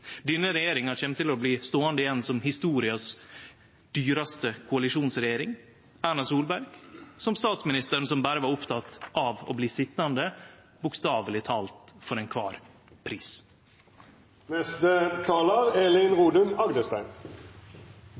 Denne regjeringa kjem til å bli ståande som den dyraste koalisjonsregjeringa i historia, og Erna Solberg som statsministeren som berre var oppteken av å bli sitjande, bokstaveleg talt for kvar ein pris.